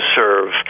serve